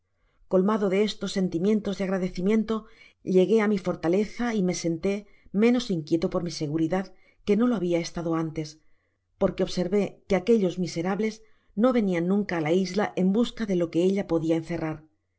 colmado de estos sentimientos de agradecimiento llegué á mi fortaleza y me sente menos inquieto por mi seguridad que no lo había estado antes porque observé que aquellos miserables no venian nunca á la isla en busca de lo que ella podia encerrar